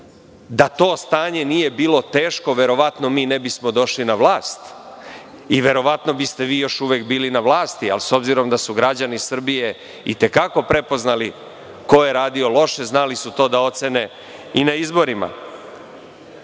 Da to stanje nije bilo teško, verovatno mi ne bismo došli na vlast i verovatno biste vi još uvek bili na vlasti, ali s obzirom da su građani Srbije i te kako prepoznali ko je radio loše, znali su to da ocene i na izborima.